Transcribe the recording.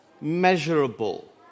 Measurable